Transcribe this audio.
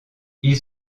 ils